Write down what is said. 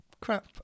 crap